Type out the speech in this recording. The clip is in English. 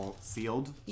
sealed